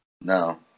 No